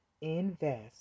Invest